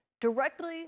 directly